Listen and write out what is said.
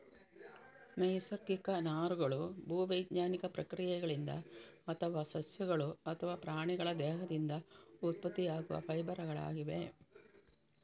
ನೈಸರ್ಗಿಕ ನಾರುಗಳು ಭೂ ವೈಜ್ಞಾನಿಕ ಪ್ರಕ್ರಿಯೆಗಳಿಂದ ಅಥವಾ ಸಸ್ಯಗಳು ಅಥವಾ ಪ್ರಾಣಿಗಳ ದೇಹದಿಂದ ಉತ್ಪತ್ತಿಯಾಗುವ ಫೈಬರ್ ಗಳಾಗಿವೆ